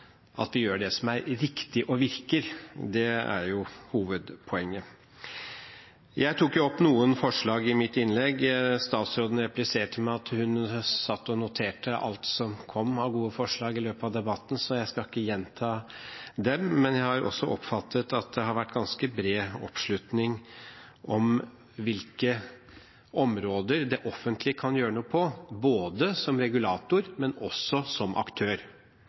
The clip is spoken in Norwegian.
at vi gjør det som er riktig og virker, er jo hovedpoenget. Jeg tok opp noen forslag i mitt innlegg. Statsråden repliserte med at hun satt og noterte alt som kom av gode forslag i løpet av debatten, så jeg skal ikke gjenta dem. Jeg har også oppfattet at det har vært ganske bred oppslutning om hvilke områder det offentlige kan gjøre noe på, som regulator, men også som aktør.